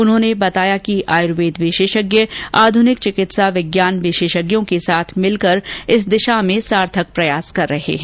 उन्होंने उन्होंने बताया कि आयुर्वेद विशेषज्ञ आधुनिक चिकित्सा विज्ञान के साथ मिलकर इस दिशा में सार्थक प्रयास कर रहे है